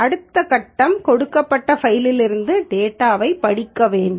அடுத்த கட்டம் கொடுக்கப்பட்ட ஃபைலிலிருந்து டேட்டாவைப் படிக்க வேண்டும்